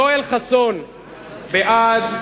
יואל חסון, בעד,